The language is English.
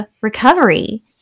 recovery